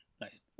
Nice